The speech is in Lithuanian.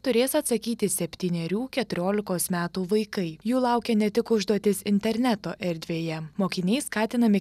turės atsakyti septynerių keturiolikos metų vaikai jų laukia ne tik užduotys interneto erdvėje mokiniai skatinami